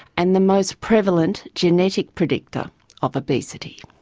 and the most prevalent genetic predictor of obesity.